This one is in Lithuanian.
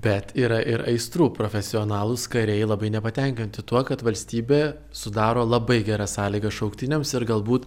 bet yra ir aistrų profesionalūs kariai labai nepatenkinti tuo kad valstybė sudaro labai geras sąlygas šauktiniams ir galbūt